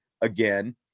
again